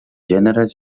gèneres